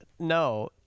No